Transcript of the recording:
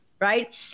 right